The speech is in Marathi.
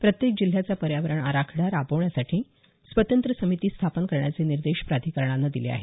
प्रत्येक जिल्ह्याचा पर्यावरण आराखडा राबवण्यासाठी स्वतंत्र समिती स्थापन करण्याचे निर्देश प्राधिकरणानं दिले आहेत